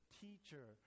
teacher